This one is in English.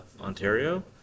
Ontario